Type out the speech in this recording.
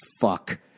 fuck